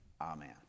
Amen